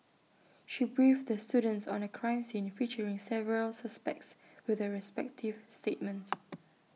she briefed the students on A crime scene featuring several suspects with their respective statements